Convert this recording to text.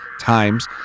times